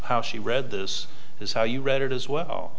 how she read this is how you read it as well